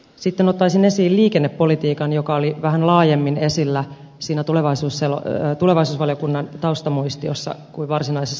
sitten ottaisin esiin liikennepolitiikan joka oli vähän laajemmin esillä siinä tulevaisuusvaliokunnan taustamuistiossa kuin varsinaisessa mietinnössä